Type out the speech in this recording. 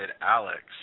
Alex